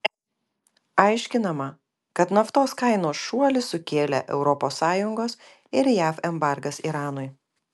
aiškinama kad naftos kainos šuolį sukėlė europos sąjungos ir jav embargas iranui